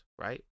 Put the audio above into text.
right